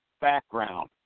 background